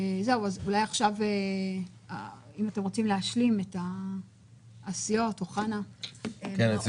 אם אתם רוצים להשלים כעת, הסיעות או חנה רותם.